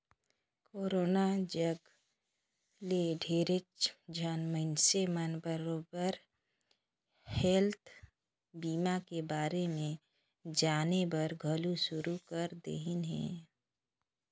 corona जघा ले ढेरेच झन मइनसे मन बरोबर हेल्थ बीमा के बारे मे जानेबर घलो शुरू कर देहिन हें